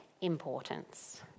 importance